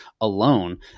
alone